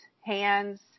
hands